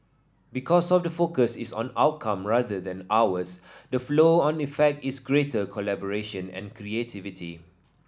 because of the focus is on outcome rather than hours the flow on effect is greater collaboration and creativity